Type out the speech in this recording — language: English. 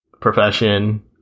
profession